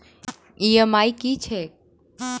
EMI की छैक?